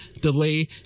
delay